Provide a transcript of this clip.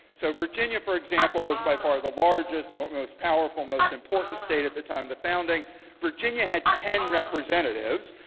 so virginia, for example, was by far the largest, most powerful, most important state at the time. the founding virginia had ten representatives.